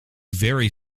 very